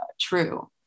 true